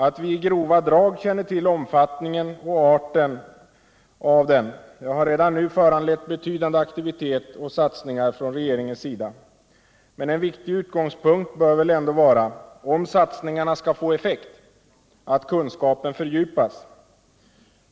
Att vi i grova drag känner till omfattningen och arten av den har redan nu föranlett betydande aktivitet och satsningar från regeringens sida, men en viktig utgångspunkt bör ändå vara, om satsningarna skall få effekt, att kunskapen skall fördjupas.